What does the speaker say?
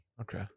Okay